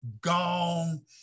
gone